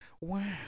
Wow